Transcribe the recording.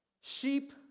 Sheep